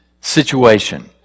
situation